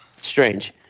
Strange